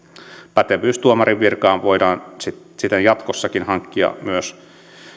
pätevyys tuomarin virkaan voidaan siten jatkossakin hankkia myös